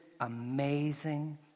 amazing